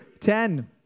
ten